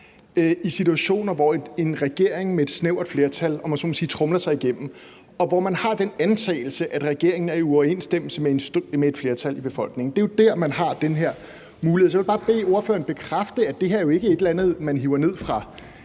i situationer, hvor en regering med et snævert flertal, om man så må sige, tromler sig igennem, og hvor man har den antagelse, at regeringen er i uoverensstemmelse med et flertal i befolkningen. Det er jo der, man har den her mulighed. Så jeg vil bare bede ordføreren bekræfte, at det her jo ikke er et eller andet, man hiver ned fra